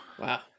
Wow